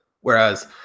Whereas